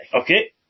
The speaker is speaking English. Okay